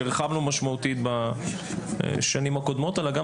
שהרחבנו משמעותי ת בשנים הקודמות אלא גם